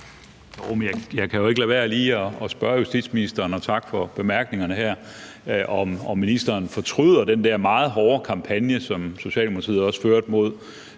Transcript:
Jeg kan jo ikke lade være med lige at spørge justitsministeren – og tak for bemærkningerne her – om ministeren fortryder den der meget hårde kampagne, som Socialdemokratiet også førte mod